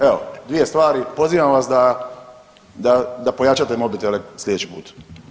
Evo dvije stvari, pozivam vas da pojačate mobitele sljedeći put.